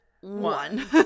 one